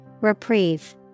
Reprieve